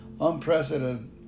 unprecedented